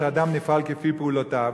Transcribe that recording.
שאדם נפעל כפי שפעולותיו,